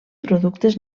productes